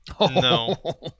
No